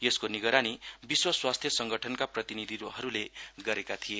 यसको निगरानी विश्व स्वास्थ्य संगठऩका प्रतिनिधिहरूले गरेका थिए